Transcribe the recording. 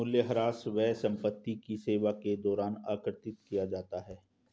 मूल्यह्रास व्यय संपत्ति की सेवा के दौरान आकृति किया जाता है